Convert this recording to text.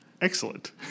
Excellent